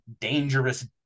dangerous